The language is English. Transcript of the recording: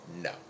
no